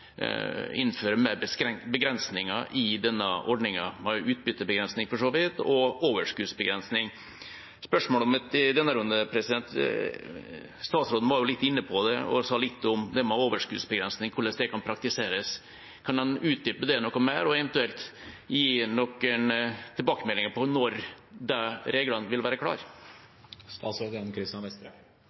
statsråden var litt inne på det og sa litt om overskuddsbegrensning og hvordan det kan praktiseres: Kan han utdype det noe mer og eventuelt gi noen tilbakemeldinger på når de reglene vil være klare?